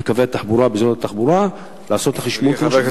בקווי התחבורה לעשות חשמול כמו שהוא